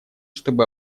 чтобы